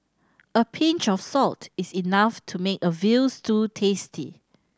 a pinch of salt is enough to make a veal stew tasty